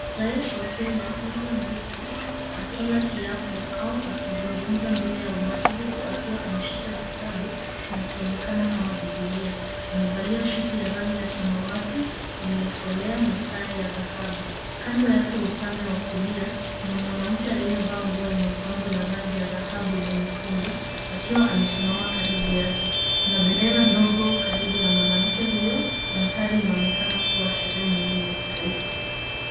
Rais wa Kenya William Ruto akila kiapo au akizungumza mbele ya umati, huku akiwa ameshika kitabu kinachoonekana kama bibilia. Amevalia suti ya rangi ya samawati iliyokolea na tai ya dhahabu. Kando yake, upande wa kulia, kuna mwanamke aliyevaa nguo yenye pambo la rangi ya dhahabu na nyekundu, akiwa amesimama karibu yake. Kuna bendera ndogo karibu na mwanamke huyo. Manthari inaonekana kuwa sherehe muhimu la kitaifa.